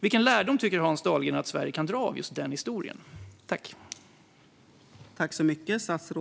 Vilken lärdom tycker Hans Dahlgren att Sverige kan dra av historien i just det fallet?